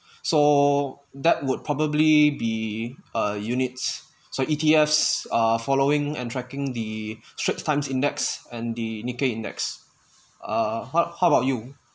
so that would probably be uh units so E_T_Fs are following and tracking the straits times index and the nikkei index uh how how about you